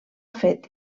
fet